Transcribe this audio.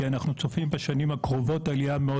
כי אנחנו צופים בשנים הקרובות עלייה מאוד